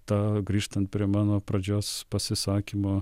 tą grįžtant prie mano pradžios pasisakymo